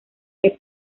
que